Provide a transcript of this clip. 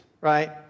right